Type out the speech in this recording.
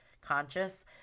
conscious